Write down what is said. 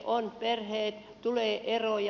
on perheet tulee eroja